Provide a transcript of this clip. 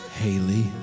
Haley